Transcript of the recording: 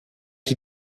die